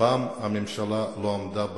הפעם הממשלה לא עמדה בהבטחות.